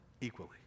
equally